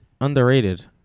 underrated